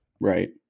right